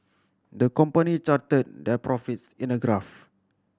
the company charted their profits in a graph